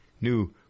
new